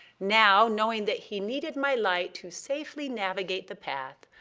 now, knowing that he needed my light to safely navigate the path,